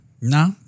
No